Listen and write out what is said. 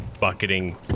bucketing